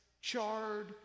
Charred